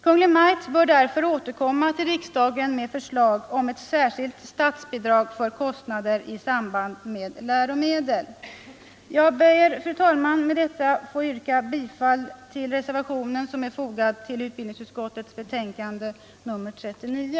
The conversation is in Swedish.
Kungl Maj:t bör därför återkomma till riksdagen med förslag om ett särskilt statsbidrag för kostnader i samband med läromedel. Med det sagda, fru talman, ber jag att få yrka bifall till den reservation som är fogad till utbildningsutskottets betänkande nr 39.